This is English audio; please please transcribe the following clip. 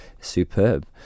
superb